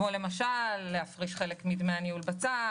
למשל להפריש חלק מדמי הניהול בצד,